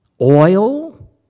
Oil